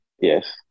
Yes